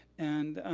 and